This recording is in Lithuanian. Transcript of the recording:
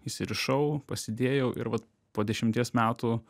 įsirišau pasidėjau ir vat po dešimties metų